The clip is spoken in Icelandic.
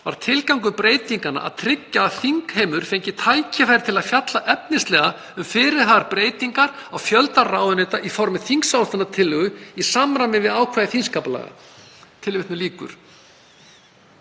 var tilgangur breytinganna að tryggja að þingheimur fengi tækifæri til að fjalla efnislega um fyrirhugaðar breytingar á fjölda ráðuneyta í formi þingsályktunartillögu í samræmi við ákvæði þingskapalaga.“ Til að þingheimur